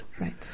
Right